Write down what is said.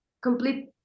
complete